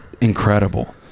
incredible